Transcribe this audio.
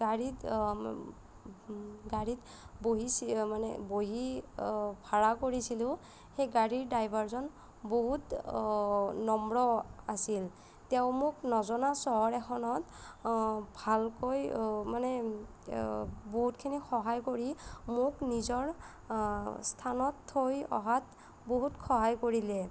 গাড়ীত গাড়ীত বহি চি মানে বহি ভাড়া কৰিছিলোঁ সেই গাড়ীৰ ড্ৰাইভাৰজন বহুত নম্ৰ আছিল তেওঁ মোক নজনা চহৰ এখনত ভালকৈ মানে বহুতখিনি সহায় কৰি মোক নিজৰ স্থানত থৈ অহাত বহুত সহায় কৰিলে